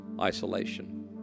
isolation